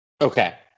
Okay